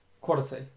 quality